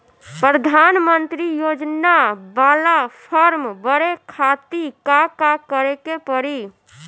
प्रधानमंत्री योजना बाला फर्म बड़े खाति का का करे के पड़ी?